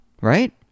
right